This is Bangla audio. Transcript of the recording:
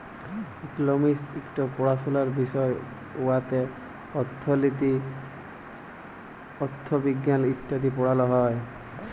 ইকলমিক্স ইকট পাড়াশলার বিষয় উয়াতে অথ্থলিতি, অথ্থবিজ্ঞাল ইত্যাদি পড়াল হ্যয়